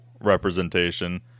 representation